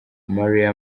maria